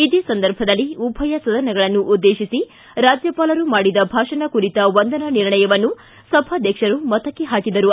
ಇದೇ ಸಂದರ್ಭದಲ್ಲಿ ಉಭಯ ಸದನಗಳನ್ನು ಉದ್ದೇಶಿಸಿ ರಾಜ್ಯಪಾಲರು ಮಾಡಿದ ಭಾಷಣ ಕುರಿತ ವಂದನಾ ನಿರ್ಣಯವನ್ನು ಸಭಾಧ್ಯಕ್ಷರು ಮತಕ್ಕೆ ಹಾಕಿದರು